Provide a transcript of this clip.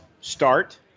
start